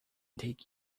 take